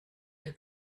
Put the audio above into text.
der